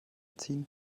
ziehen